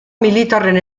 militarren